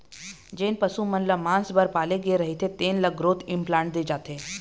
जेन पशु मन ल मांस बर पाले गे रहिथे तेन ल ग्रोथ इंप्लांट दे जाथे